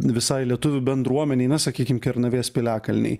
visai lietuvių bendruomenei na sakykim kernavės piliakalniai